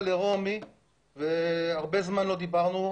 לרומי - הרבה זמן לא דיברנו.